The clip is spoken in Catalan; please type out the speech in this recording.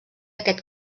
aquest